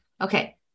okay